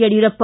Yediyurappa